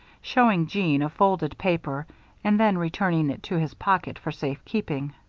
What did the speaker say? showing jeanne a folded paper and then returning it to his pocket for safe-keeping.